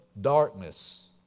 darkness